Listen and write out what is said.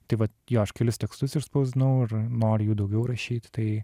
tai va jo aš kelis tekstus išspausdinau ir noriu jų daugiau rašyti tai